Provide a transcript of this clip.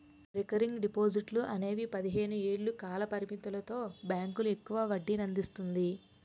recurring డిపాజిట్లు అనేవి పదిహేను ఏళ్ల కాల పరిమితితో బ్యాంకులు ఎక్కువ వడ్డీనందిస్తాయి